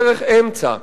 דרך אמצע.